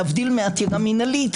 להבדיל מעתירה מנהלית,